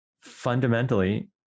fundamentally